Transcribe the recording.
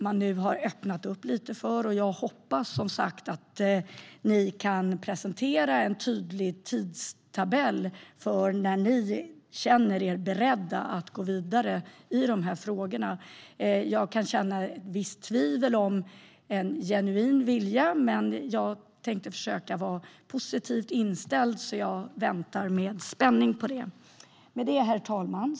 Man har nu öppnat upp lite, och jag hoppas som sagt att ni kan presentera en tydlig tidtabell för när ni känner er beredda att gå vidare i de här frågorna. Jag kan känna ett visst tvivel om det finns en genuin vilja. Men jag tänkte försöka vara positivt inställd, så jag väntar med spänning. Herr talman!